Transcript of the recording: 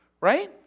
right